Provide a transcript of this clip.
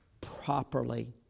properly